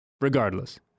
Regardless